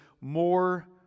more